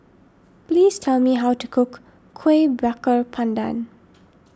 please tell me how to cook Kuih Bakar Pandan